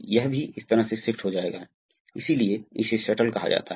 यह 1 ×V2 के बराबर है